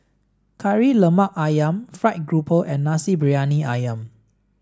Kari Lemak Ayam fried grouper and Nasi Briyani Ayam